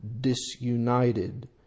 disunited